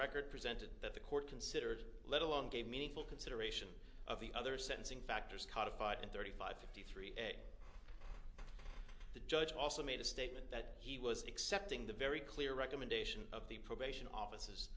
record presented that the court considered let alone gave meaningful consideration of the other sentencing factors codified in thirty five fifty three ed the judge also made a statement that he was accepting the very clear recommendation of the probation office